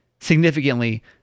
significantly